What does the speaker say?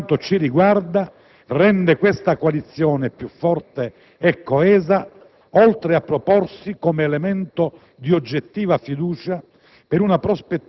che, per quanto ci riguarda, rende questa coalizione più forte e coesa, oltre a proporsi come elemento di oggettiva fiducia